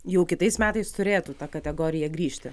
jau kitais metais truėtų ta kategorija grįžti